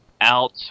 out